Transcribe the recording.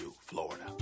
Florida